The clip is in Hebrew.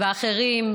ואחרים,